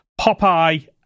Popeye